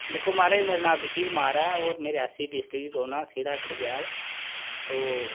दिक्खो महाराज मेरा नांऽ विक्की कुमार ऐ होर मै रियासी डिस्ट्रिक्ट च रौह्न्नां सिड़ा गडग्याल तो